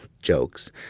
jokes